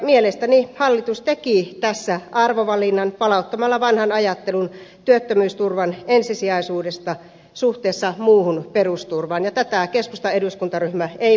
mielestäni hallitus teki tässä arvovalinnan palauttamalla vanhan ajattelun työttömyysturvan ensisijaisuudesta suhteessa muuhun perusturvaan ja tätä keskustan eduskuntaryhmä ei voi hyväksyä